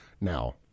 now